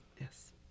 Yes